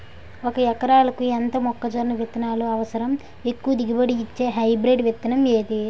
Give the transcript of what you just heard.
ఒక ఎకరాలకు ఎంత మొక్కజొన్న విత్తనాలు అవసరం? ఎక్కువ దిగుబడి ఇచ్చే హైబ్రిడ్ విత్తనం ఏది?